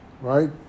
right